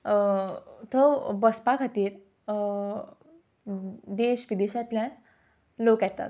थंय बसपा खातीर देश विदेशांतल्यान लोक येतात